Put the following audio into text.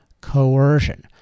coercion